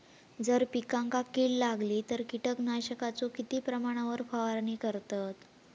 जर पिकांका कीड लागली तर कीटकनाशकाचो किती प्रमाणावर फवारणी करतत?